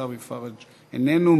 עיסאווי פריג' איננו,